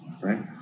Right